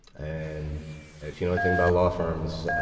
and if, you know, i think by law firms,